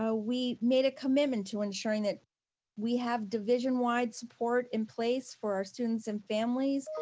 ah we made a commitment to ensuring that we have division wide support in place for our students and families,